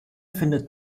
findet